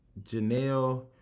janelle